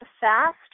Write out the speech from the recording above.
fast